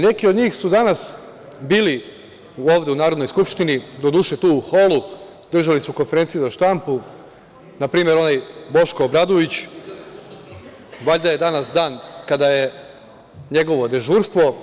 Neki od njih su danas bili ovde u Narodnoj skupštini, doduše tu u holu, držali su konferenciju za štampu, npr. onaj Boško Obradović, valjda je danas dan kada je njegovo dežurstvo.